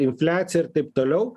infliacija ir taip toliau